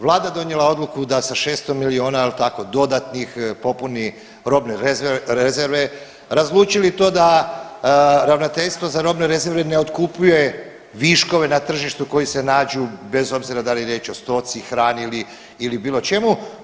Vlada je donijela odluku da sa 600 milijuna, jel' tako dodatnih popuni robne rezerve, razlučili to da Ravnateljstvo za robne rezerve ne otkupljuje viškove na tržištu koji se nađu bez obzira da li je riječ o stoci, hrani ili bilo čemu.